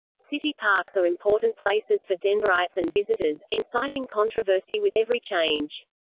city parks are important places for denverites and visitors, inciting controversy with every change.